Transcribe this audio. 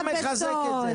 בוא, זה לא מחזק את זה.